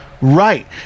Right